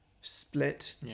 Split